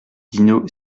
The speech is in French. dino